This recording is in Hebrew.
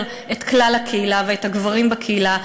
את כלל הקהילה ואת הגברים בקהילה,